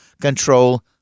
control